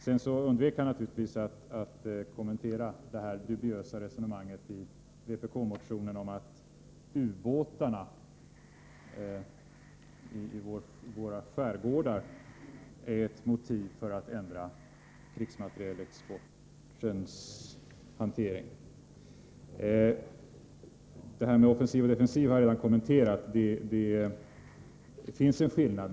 Bertil Måbrink undvek naturligtvis att kommentera det dubiösa resonemanget i vpk-motionen om att ubåtarna i våra skärgårdar är ett motiv för att ändra hanteringen av krigsmaterielexporten. Uppdelningen i offensiva och defensiva vapen har jag redan kommenterat — det finns en skillnad.